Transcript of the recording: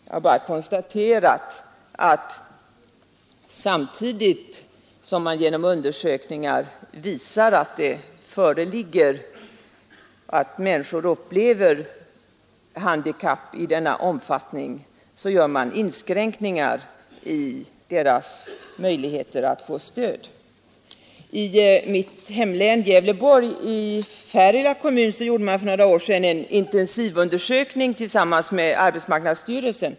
Jag har bara konstaterat att samtidigt som undersökningar visar att människor upplever handikapp i denna omfattning gör man inskränkningar i deras möjligheter att få stöd. I Färila kommun i mitt hemlän Gävleborg gjordes för några år sedan en intensivundersökning i samarbete med arbetsmarknadsstyrelsen.